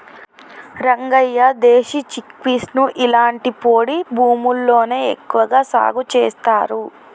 రంగయ్య దేశీ చిక్పీసుని ఇలాంటి పొడి భూముల్లోనే ఎక్కువగా సాగు చేస్తారు